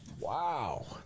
Wow